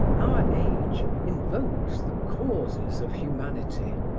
our age invokes the causes of humanity,